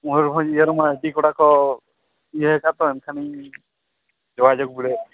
ᱢᱩᱭᱩᱨᱵᱷᱚᱸᱡᱽ ᱤᱭᱟᱹ ᱨᱮᱢᱟ ᱤᱪᱤ ᱠᱚᱲᱟ ᱠᱚ ᱤᱭᱟᱹ ᱟᱠᱟᱫ ᱛᱚ ᱮᱱᱠᱷᱟᱱᱤᱧ ᱡᱳᱜᱟᱡᱳᱜᱽ ᱵᱤᱰᱟᱹᱣᱮᱫᱼᱟ